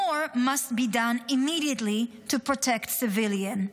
More must be done immediately to protect civilians.